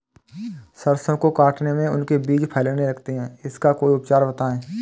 सरसो को काटने में उनके बीज फैलने लगते हैं इसका कोई उपचार बताएं?